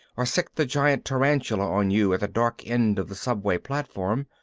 or sicked the giant tarantula on you at the dark end of the subway platform,